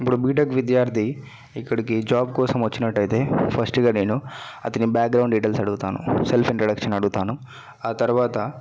ఇప్పుడు బీటెక్ విద్యార్థి ఇక్కడికి జాబ్ కోసం వచ్చినట్టు అయితే ఫస్ట్గా నేను అతని బ్యాక్గ్రౌండ్ డిటైల్స్ అడుగుతాను సెల్ఫ్ ఇంట్రడక్షన్ అడుగుతాను ఆ తరువాత